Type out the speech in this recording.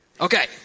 Okay